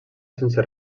sense